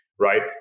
right